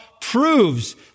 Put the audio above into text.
proves